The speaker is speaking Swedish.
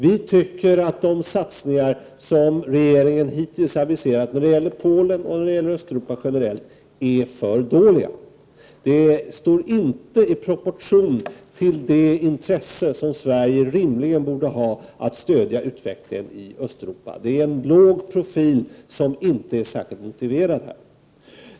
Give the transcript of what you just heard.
Vi tycker att de satsningar som regeringen hittills aviserat när det gäller Polen och Östeuropa generellt är för dåliga. De står inte i proportion till de intressen som Sverige rimligen borde ha att stödja utvecklingen i Östeuropa. Det är en låg profil, som inte är särskilt motiverad.